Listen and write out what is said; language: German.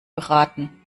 beraten